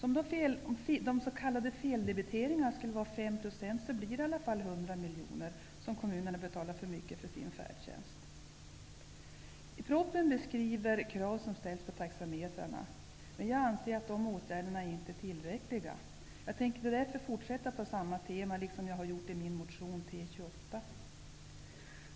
Om de s.k. feldebiteringarna skulle vara 5 %, innebär det att kommunerna betalar i alla fall 100 miljoner för mycket för sin färdtjänst. I propositionen beskrivs krav som ställs på taxametrarna, men jag anser att de åtgärderna inte är tillräckliga. Jag tänker därför fortsätta på samma tema, liksom jag har gjort i min motion T28.